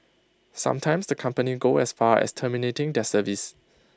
sometimes the company go as far as terminating their service